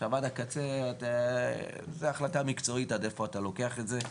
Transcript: עד הקצה זה החלטה מקצועית עד איפה אתה לוקח את זה,